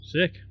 Sick